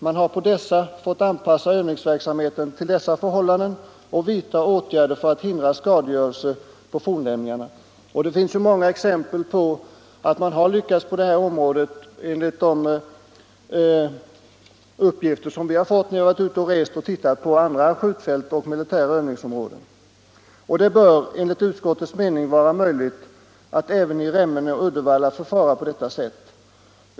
Man har i sådana fall fått anpassa övningsverksamheten till dessa förhållanden och vidta åtgärder för att hindra skadegörelse på fornlämningarna.” Det finns många exempel på att man har lyckats på detta område, vilket vi funnit vid besök på andra skjutfält och militära övningsområden. Det bör enligt utskottets mening vara möjligt att även i Remmene och Uddevalla förfara på detta sätt.